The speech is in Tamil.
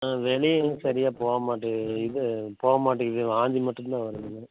ஆ வெளியேவும் சரியாக போக மாட்டேங்கி இது போக மாட்டேங்கிறது வாந்தி மட்டும் தான் வருதுங்க